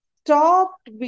stopped